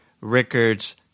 Rickards